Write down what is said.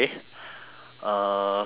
uh so